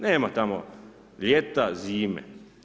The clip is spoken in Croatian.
Nema tamo ljeta, zime.